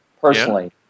personally